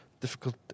difficult